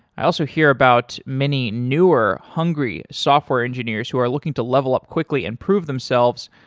i also hear about many newer hungry software engineers who are looking to level up quickly and prove themselves,